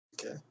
Okay